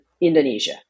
Indonesia